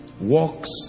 walks